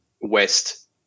west